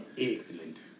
Excellent